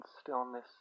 stillness